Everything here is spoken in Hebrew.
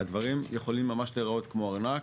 הדברים יכולים ממש להיראות כמו ארנק.